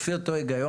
לפי אותו היגיון,